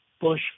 Bush